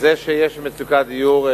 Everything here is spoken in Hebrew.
אז זה שיש מצוקת דיור,